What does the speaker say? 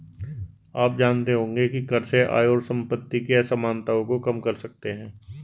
आप जानते होंगे की कर से आय और सम्पति की असमनताओं को कम कर सकते है?